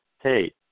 hey